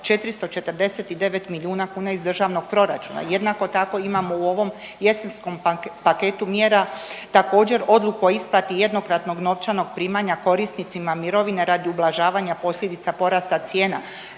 449 milijuna kuna iz državnog proračuna. Jednako tako imamo u ovom jesenskom paketu mjera također odluku o isplati jednokratnog novčanog primanja korisnicima mirovina radi ublažavanja posljedica porasta cijena.